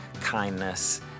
kindness